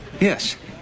Yes